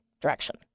direction